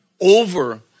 over